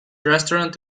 restaurant